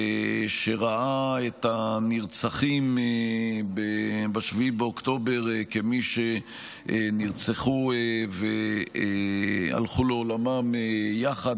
שראה את הנרצחים ב-7 באוקטובר כמי שנרצחו והלכו לעולמם יחד,